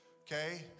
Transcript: Okay